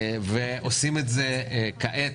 עושים את זה כעת,